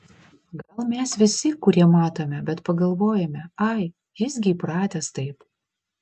gal mes visi kurie matome bet pagalvojame ai jis gi įpratęs taip